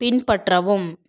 பின்பற்றவும்